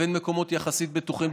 לבין מקומות יחסית בטוחים.